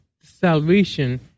salvation